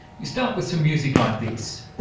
you start with some music like this